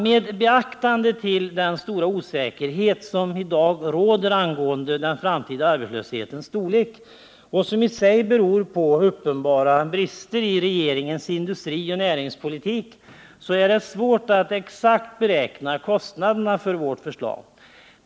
Med beaktande av den stora osäkerhet som i dag råder angående arbetslöshetens framtida storlek och som i sig beror på uppenbara risker i regeringens industrioch näringspolitik, är det svårt att exakt beräkna kostnaderna för våra förslag.